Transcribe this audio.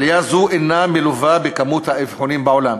עלייה זו אינה מלווה בעלייה של כמות האבחונים בעולם,